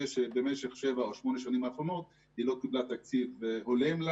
שבמשך שבע-שמונה השנים האחרונות היא לא קיבלה תקציב הולם,